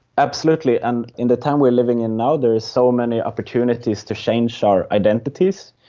absolutely, and in the time we are living in now there are so many opportunities to change our identities,